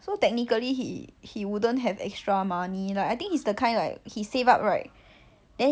so technically he he wouldn't have extra money lah I think he's the kind like he save up right then he will 一次过把他花完 on something that he already plan to buy so I don't think he's the kind that have a lot of savings